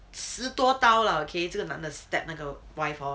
十多刀了 okay 这个男的 stab 那个 wife hor